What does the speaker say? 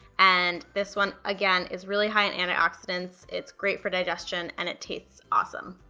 and this one, again, is really high in antioxidants, it's great for digestion, and it tastes awesome.